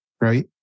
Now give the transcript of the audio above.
right